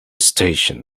station